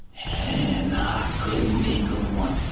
and i couldn't think of one